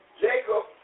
Jacob